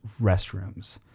Restrooms